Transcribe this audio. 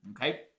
okay